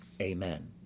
amen